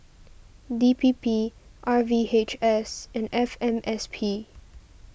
D P P R V H S and F M S P